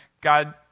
God